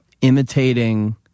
imitating